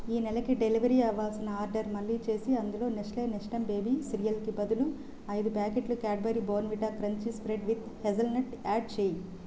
ఈ నెలకి డెలివరీ అవ్వాల్సిన ఆర్డర్ మళ్ళీ చేసి అందులో నెస్లే నెస్టమ్ బేబీ సిరియల్కి బదులు ఐదు ప్యాకెట్లు Cadbury Bournvita crunchy spread with hazelnut add చెయ్యి